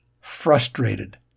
frustrated